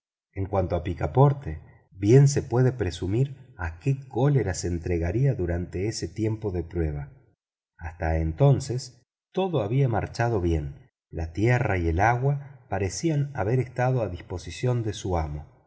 en cuanto a picaporte bien se puede presumir a que cólera se entregaría durante ese tiempo de prueba hasta entonces todo había marchado bien la tierra y el agua parecían haber estado a disposición de su amo